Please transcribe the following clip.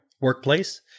workplace